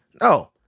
No